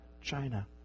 China